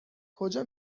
کجا